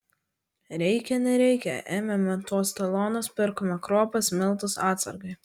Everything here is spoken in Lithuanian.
reikia nereikia ėmėme tuos talonus pirkome kruopas miltus atsargai